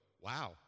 Wow